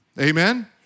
Amen